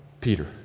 Peter